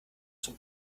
zum